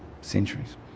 centuries